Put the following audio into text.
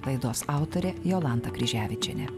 laidos autorė jolanta kryževičienė